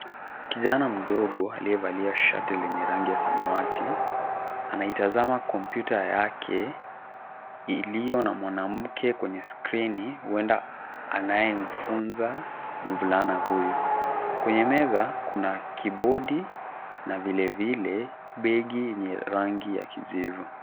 Kijana mdogo aliyevalia shati lenye rangi ya samawati anaitazama kompyuta yake ilio na mwanamke kwenye skrini huenda anayemfunza mvulana huyu kwenye meza kuna kibodi na vilevile begi yenye rangi ya kijivu.